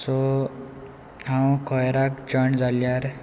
so हांव खंय कॉयराक जॉयन जाल्यार